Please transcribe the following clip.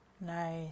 nice